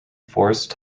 forrest